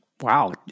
wow